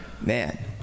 man